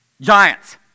giants